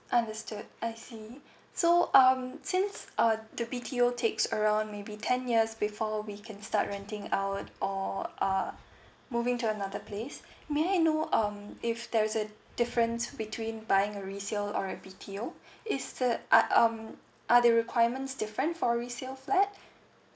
understood I see so um since uh the B_T_O takes around maybe ten years before we can start renting out or uh moving to another place may I know um if there's a difference between buying a resale or B_T_O is the ah um are the requirements different for resale flat